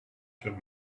sur